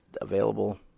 available